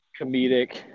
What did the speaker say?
comedic